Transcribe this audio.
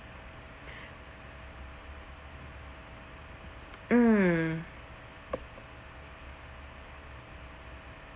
mm